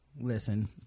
listen